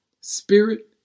spirit